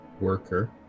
worker